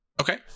Okay